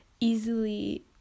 easily